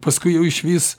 paskui jau išvis